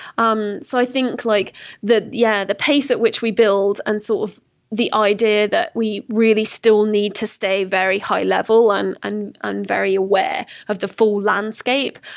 um so i think like that, yeah, the pace at which we build and sort of the idea that we really still need to stay very high level and and and very aware of the full landscape,